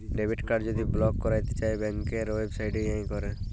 debit card যদি block ক্যইরতে চাই ব্যাংকের ওয়েবসাইটে যাঁয়ে ক্যরে